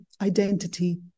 identity